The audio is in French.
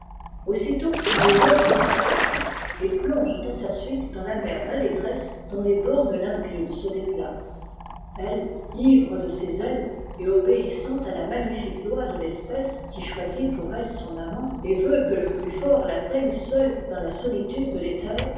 aussitôt les hordes se rassemblent et plongent à sa suite dans la mer d'allégresse dont les bornes limpides se déplacent elle ivre de ses ailes et obéissant à la magnifique loi de l'espèce qui choisit pour elle son amant et veut que le plus fort l'atteigne seul dans la solitude de féther